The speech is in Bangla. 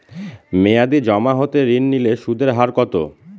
মেয়াদী জমা হতে ঋণ নিলে সুদের হার কত?